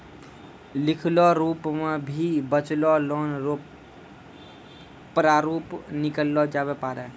लिखलो रूप मे भी बचलो लोन रो प्रारूप निकाललो जाबै पारै